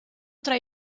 tra